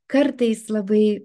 kartais labai